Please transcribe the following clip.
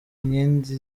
iyindi